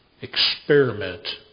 Experiment